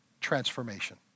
transformation